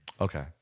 Okay